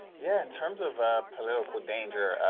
yeah in terms of political danger,